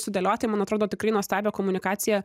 sudėlioti man atrodo tikrai nuostabią komunikaciją